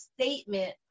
statement